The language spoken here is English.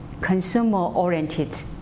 consumer-oriented